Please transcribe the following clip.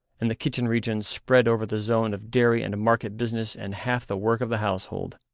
and the kitchen region spread over the zone of dairy and market business and half the work of the household.